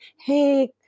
Hey